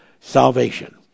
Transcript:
salvation